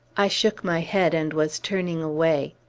i shook my head, and was turning away.